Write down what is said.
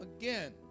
again